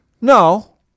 No